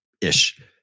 ish